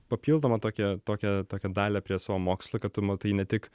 papildomą tokią tokią tokią dalią prie savo mokslų kad tu matai ne tik